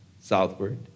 southward